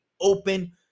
open